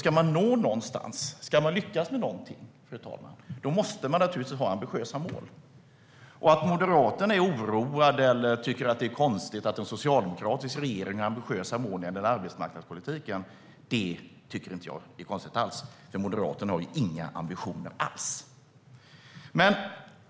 Ska man nå någonstans, ska man lyckas med någonting, måste man naturligtvis ha ambitiösa mål. Att Moderaterna är oroade eller tycker att det är konstigt att en socialdemokratisk regering har ambitiösa mål för arbetsmarknadspolitiken tycker jag inte är konstigt, för Moderaterna har inga ambitioner alls.